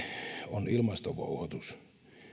on ilmastovouhotus